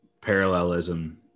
parallelism